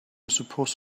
supposed